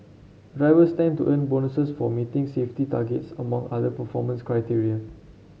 drivers stand to earn bonuses for meeting safety targets among other performance criteria